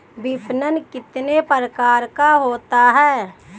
विपणन कितने प्रकार का होता है?